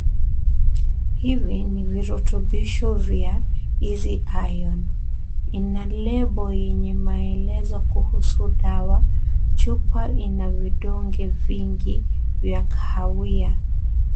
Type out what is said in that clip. Hivi ni virutubisho vya easy iron ina lebo yenye maelezo kuhusu dawa, chupa ina vidonge vingi vya kahawia.